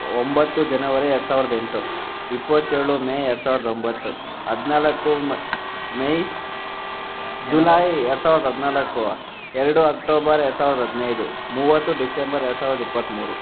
ಒಂಬತ್ತು ಜನವರಿ ಎರಡು ಸಾವಿರದ ಎಂಟು ಇಪ್ಪತ್ತೇಳು ಮೇ ಎರಡು ಸಾವಿರದ ಒಂಬತ್ತು ಹದಿನಾಲ್ಕು ಮೇಯ್ ಜುಲಾಯ್ ಎರಡು ಸಾವಿರದ ಹದಿನಾಲ್ಕು ಎರಡು ಅಕ್ಟೋಬರ್ ಎರಡು ಸಾವಿರದ ಹದಿನೈದು ಮೂವತ್ತು ಡಿಸೆಂಬರ್ ಎರಡು ಸಾವಿರದ ಇಪ್ಪತ್ತ್ಮೂರು